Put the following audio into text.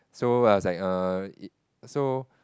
so I was like err so